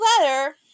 letter